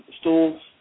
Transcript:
stools